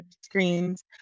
screens